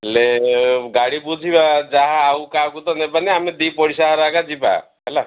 ହେଲେ ଗାଡ଼ି ବୁଝିବା ଯାହା ଆଉ କାହାକୁ ତ ନେବାନି ଆମେ ଦୁଇ ପଡ଼ିଶା ଘର ଏକା ଯିବା ହେଲା